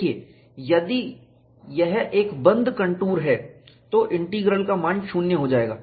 देखें यदि यह एक बंद कंटूर है तो इंटीग्रल मान शून्य हो जाएगा